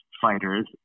fighters